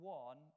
one